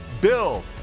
Bill